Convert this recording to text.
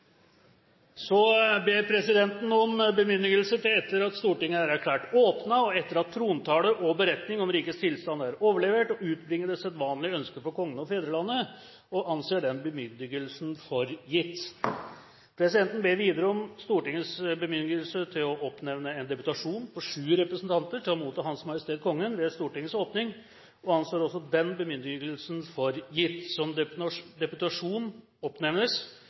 Presidenten ber om bemyndigelse til, etter at Stortinget er erklært åpnet, og etter at trontalen og beretningen om rikets tilstand er overlevert, å utbringe det sedvanlige ønske for Kongen og fedrelandet – og anser denne bemyndigelse for gitt. Presidenten ber videre om Stortingets bemyndigelse til å oppnevne en deputasjon på sju representanter til å motta Hans Majestet Kongen ved Stortingets åpning. Denne bemyndigelse anses også for gitt. Som deputasjon oppnevnes